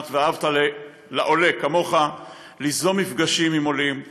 שנת "ואהבת לעולה כמוך"; ליזום מפגשים עם עולים,